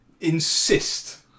insist